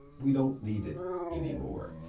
we don't need it anymore.